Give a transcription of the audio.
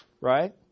Right